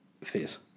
face